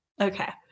okay